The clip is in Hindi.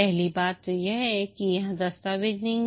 पहली बात तो यह कि यहां दस्तावेज नहीं हैं